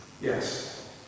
Yes